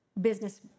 business